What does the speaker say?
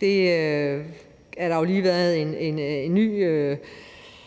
der har jo lige været en ny